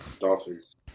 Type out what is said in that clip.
Dolphins